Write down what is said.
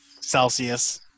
Celsius